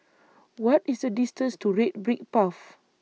What IS The distance to Red Brick Path